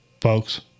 folks